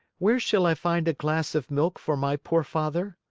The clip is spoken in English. where shall i find a glass of milk for my poor father?